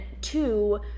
two